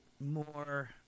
more